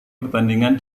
pertandingan